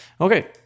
Okay